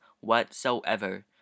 whatsoever